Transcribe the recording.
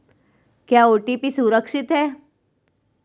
क्या ओ.टी.पी सुरक्षित है?